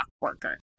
worker